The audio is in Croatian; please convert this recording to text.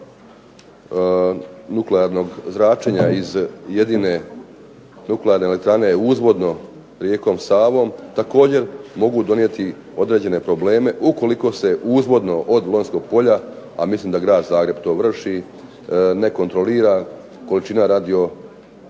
nuklearnog zračenja iz jedine nuklearne elektrane uzvodno rijekom Savom također mogu donijeti određene probleme ukoliko se uzvodno od Lonjskog polja, a mislim da grad Zagreb to vrši nekontrolira količina radio